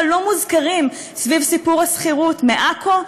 לא מוזכרים סביב סיפור השכירות: מעכו,